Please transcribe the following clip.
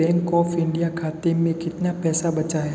मेरे bank of India खाते में कितना पैसा बचा है